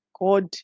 God